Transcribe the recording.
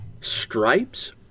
Stripes